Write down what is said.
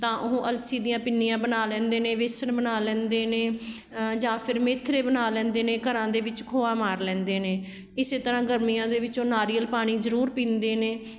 ਤਾਂ ਉਹ ਅਲਸੀ ਦੀਆਂ ਪਿੰਨੀਆਂ ਬਣਾ ਲੈਂਦੇ ਨੇੇ ਵੇਸਣ ਬਣਾ ਲੈਂਦੇ ਨੇ ਜਾਂ ਫਿਰ ਮੇਥੇ ਬਣਾ ਲੈਂਦੇ ਨੇ ਘਰਾਂ ਦੇ ਵਿੱਚ ਖੋਆ ਮਾਰ ਲੈਂਦੇ ਨੇ ਇਸ ਤਰ੍ਹਾਂ ਗਰਮੀਆਂ ਦੇ ਵਿੱਚ ਉਹ ਨਾਰੀਅਲ ਪਾਣੀ ਜ਼ਰੂਰ ਪੀਂਦੇ ਨੇ